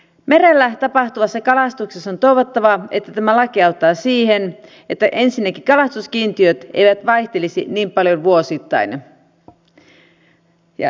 merellä tapahtuvassa kalastuksessa on toivottavaa että tämä laki auttaa siihen että ensinnäkin kalastuskiintiöt eivät vaihtelisi niin paljon vuosittain